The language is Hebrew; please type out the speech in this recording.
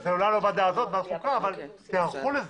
זה אולי לא לוועדה הזאת אבל תיערכו לזה.